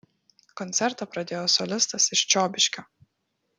koncertą pradėjo solistas iš čiobiškio